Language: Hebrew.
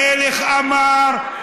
המלך אמר,